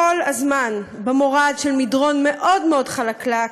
הזמן במורד של מדרון מאוד מאוד חלקלק,